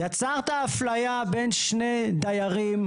יצרת אפליה בין שני דיירים.